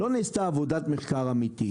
לא נעשתה עבודת מחקר אמיתית.